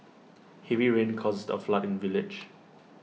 heavy rains caused A flood in the village